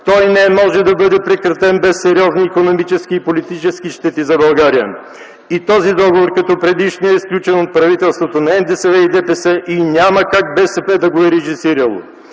Той не може да бъде прекратен без сериозни икономически, политически щети за България; – този договор, като предишният, е сключен от правителството на НДСВ и ДПС и няма как БСП да го е режисирало;